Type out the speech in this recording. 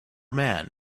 man